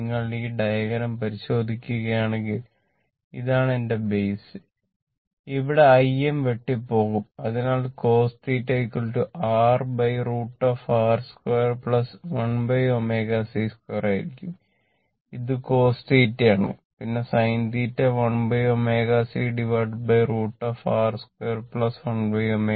നിങ്ങൾ ഈ ഡയഗ്രം പരിശോധിക്കുകയാണെങ്കിൽ ഇതാണ് എന്റെ ബൈസ് ഇവിടെ Im വെട്ടി പോകും അതിനാൽ cos θ R √